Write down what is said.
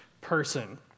person